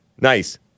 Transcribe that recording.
Nice